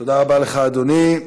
תודה רבה לך, אדוני.